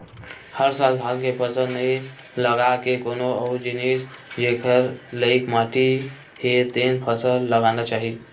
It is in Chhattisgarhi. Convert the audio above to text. हर साल धान के फसल नइ लगा के कोनो अउ जिनिस जेखर लइक माटी हे तेन फसल लगाना चाही